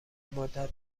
مدت